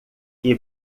que